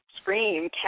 scream